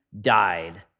died